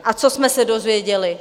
A co jsme se dozvěděli?